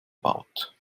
baut